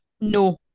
No